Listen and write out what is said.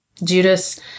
Judas